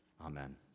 amen